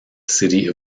city